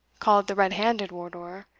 called the red-handed wardour,